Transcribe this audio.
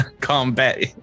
combat